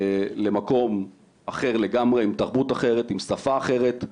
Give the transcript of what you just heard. למקום אחר לגמרי, עם תרבות אחרת, עם שפה אחרת,